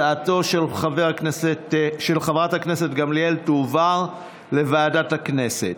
הצעתה של חברת הכנסת גמליאל תועבר לוועדת הכנסת.